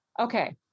Okay